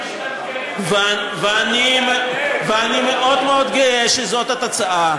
ואני מאוד מאוד גאה שזאת התוצאה,